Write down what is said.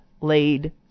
laid